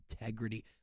integrity